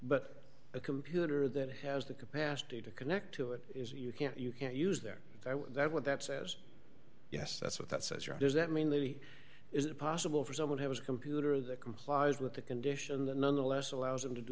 but a computer that has the capacity to connect to it is you can't you can't use their that what that says yes that's what that says or does that mean lady is it possible for someone who has a computer that complies with the condition that nonetheless allows them to do